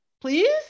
please